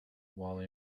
while